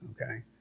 okay